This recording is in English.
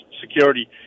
Security